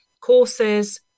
courses